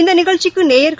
இந்த நிகழ்ச்சிக்கு நேயர்கள்